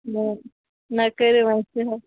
نہ کٔرِو وَنۍ صحت